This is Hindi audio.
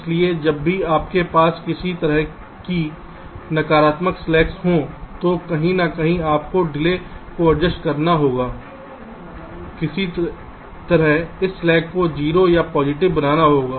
इसलिए जब भी आपके पास किसी तरह की नकारात्मक स्लैक्स हों तो कहीं न कहीं आपको देरी को एडजस्ट करना होगा किसी तरह इस स्लैक को 0 या पॉजिटिव बनाना होगा